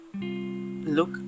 look